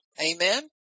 Amen